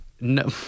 No